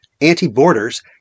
anti-borders